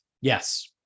Yes